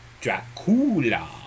Dracula